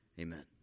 Amen